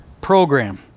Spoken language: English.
program